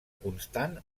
constant